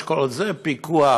יש כזה פיקוח,